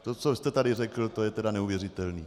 To, co jste tady řekl, je tedy neuvěřitelné.